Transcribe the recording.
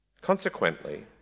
Consequently